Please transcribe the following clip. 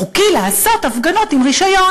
חוקי לעשות הפגנות עם רישיון.